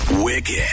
Wicked